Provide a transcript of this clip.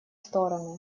стороны